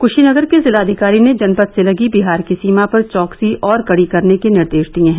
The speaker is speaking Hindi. कुशीनगर के जिलाधिकारी ने जनपद से लगी बिहार की सीमा पर चौकसी और कड़ी करने के निर्देश दिए हैं